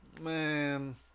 Man